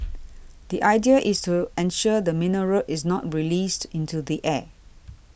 the idea is to ensure the mineral is not released into the air